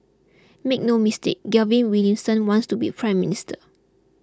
make no mistake Gavin Williamson wants to be Prime Minister